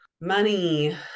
money